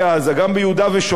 גם ביהודה ושומרון,